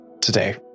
today